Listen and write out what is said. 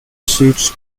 seeds